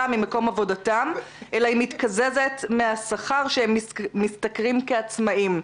ממקום עבודתם אלא היא מתקזזת מן השכר שהם משתכרים כעצמאים.